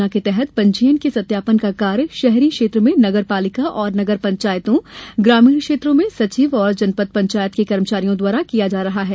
योजना के तहत पंजीयन के सत्यापन का कार्य शहरी क्षेत्र में नगर पालिका एवं नगर पंचायतों और ग्रामीण क्षेत्रों में सचिव तथा जनपद पंचायत के कर्मचारियों द्वारा किया जा रहा है